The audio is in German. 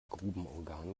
grubenorgan